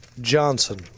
Johnson